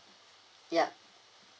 yup